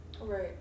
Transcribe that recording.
right